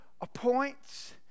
appoints